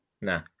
Nah